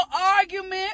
argument